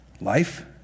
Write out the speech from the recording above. Life